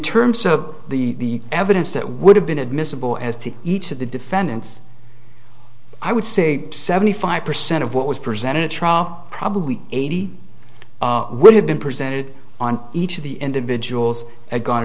terms of the evidence that would have been admissible as to each of the defendants i would say seventy five percent of what was presented trial probably eighty would have been presented on each of the individuals had gone to